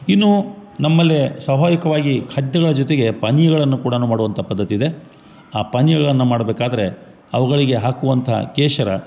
ಇನ್ನೂ ನಮ್ಮಲ್ಲೇ ಸ್ವಾಭಾವಿಕವಾಗಿ ಖಾದ್ಯಗಳ ಜೊತೆಗೆ ಪಾನಿಗಳನ್ನ ಕೂಡ ನಾವು ಮಾಡೋವಂಥ ಪದ್ಧತಿಯಿಂದ ಆ ಪಾನೀಯಗಳನ್ನ ಮಾಡ್ಬೇಕಾದರೆ ಅವುಗಳಿಗೆ ಹಾಕುವಂಥ ಕೇಶರ